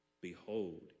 Behold